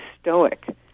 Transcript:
stoic